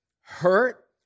hurt